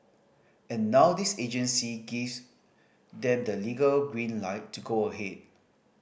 and now this agency gives them the legal green light to go ahead